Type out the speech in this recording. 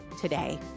today